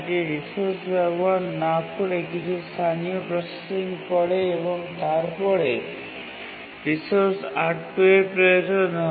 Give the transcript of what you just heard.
এটি রিসোর্স ব্যবহার না করে কিছু স্থানীয় প্রসেসিং করে এবং তারপরে রিসোর্স R2 এর প্রয়োজন হয়